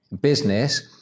business